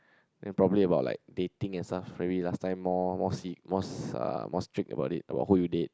then probably about like dating and stuff maybe last time more more se~ more s~ uh more strict about it about who you date